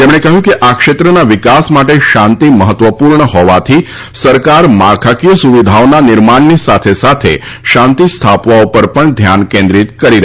તેમણે કહ્યું કે આ ક્ષેત્રના વિકાસ માટે શાંતિ મહત્વપૂર્ણ હોવાથી સરકાર માળખાકીય સુવિધાઓના નિર્માણની સાથે શાંતિ સ્થાપવા પર પણ ધ્યાન કેન્દ્રિત કરી રહી છે